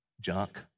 junk